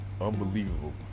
unbelievable